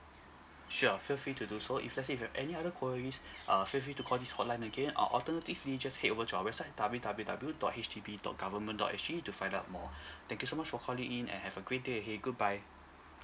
sure feel free to do so if let's say if you've any other queries uh feel free to call this hotline again or alternatively just head over to our website W W W dot H D B dot government dot S G to find out more thank you so much for calling in and have a great day ahead goodbye